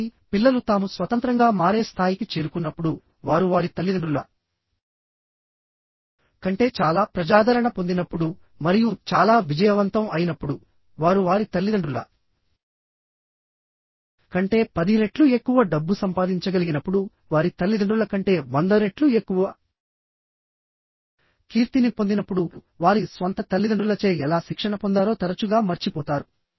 కాబట్టి పిల్లలు తాము స్వతంత్రంగా మారే స్థాయికి చేరుకున్నప్పుడు వారు వారి తల్లిదండ్రుల కంటే చాలా ప్రజాదరణ పొందినప్పుడు మరియు చాలా విజయవంతం అయినప్పుడువారు వారి తల్లిదండ్రుల కంటే పది రెట్లు ఎక్కువ డబ్బు సంపాదించగలిగినప్పుడు వారి తల్లిదండ్రుల కంటే వంద రెట్లు ఎక్కువ కీర్తిని పొందినప్పుడు వారి స్వంత తల్లిదండ్రులచే ఎలా శిక్షణ పొందారో తరచుగా మర్చిపోతారు